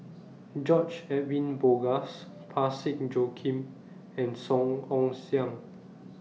George Edwin Bogaars Parsick Joaquim and Song Ong Siang